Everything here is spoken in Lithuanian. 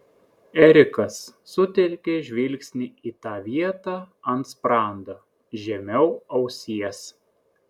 erikas sutelkė žvilgsnį į tą vietą ant sprando žemiau ausies